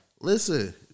Listen